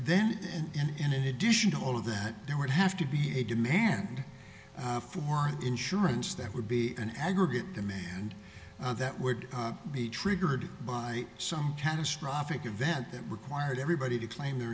then and in addition to all of that there would have to be a demand for an insurance that would be an aggregate demand that would be triggered by some catastrophic event that required everybody to claim their